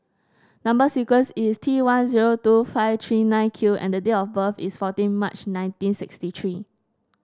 number sequence is T one zero two five three nine Q and date of birth is fourteen March nineteen sixty three